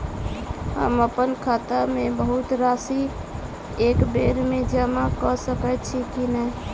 हम अप्पन खाता मे बहुत राशि एकबेर मे जमा कऽ सकैत छी की नै?